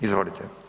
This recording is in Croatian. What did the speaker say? Izvolite.